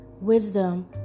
wisdom